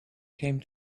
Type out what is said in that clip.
came